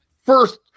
First